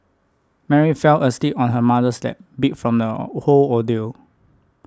Mary fell asleep on her mother's lap beat from the whole ordeal